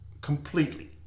completely